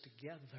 together